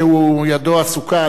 שידו עסוקה,